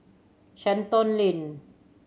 Shenton Lane